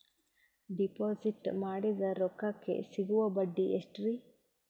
Deposit ಮಾಡಿದ ರೊಕ್ಕಕೆ ಸಿಗುವ ಬಡ್ಡಿ ಎಷ್ಟ್ರೀ?